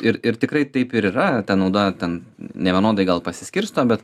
ir ir tikrai taip ir yra ta nauda ten nevienodai gal pasiskirsto bet